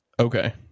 Okay